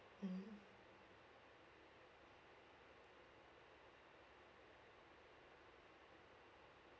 mm